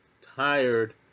tired